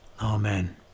Amen